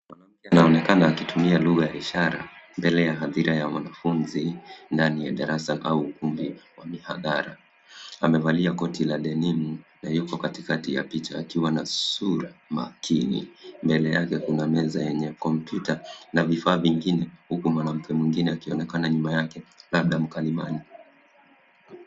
Mwanamke ana onekana akitumia lugha ya ishara mbele ya hadhira ya mwanafunzi ndani ya darasa au ukumbi wa mihadhara ame valia koti la denim na yuko katikati ya picha akiwa na sura makini mbele yake kuna meza yenye kompyuta na vifaa vingine huku mwanamke mwingine aki onekana nyuma yake labda mkalimani.